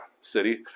city